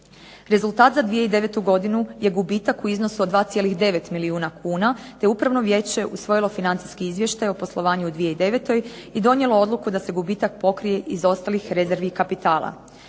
Rezultat za 2009. godinu je gubitak u iznosu od 2,9 milijuna kuna te je Upravno vijeće usvojilo financijski izvještaj o poslovanju u 2009. i donijelo odluku da se gubitak pokrije iz ostalih rezervi i kapitala.